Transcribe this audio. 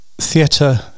theatre